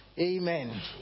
Amen